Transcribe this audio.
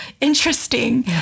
interesting